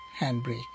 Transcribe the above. handbrake